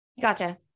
Gotcha